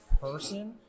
person